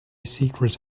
secret